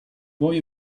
boy